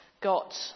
got